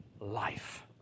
life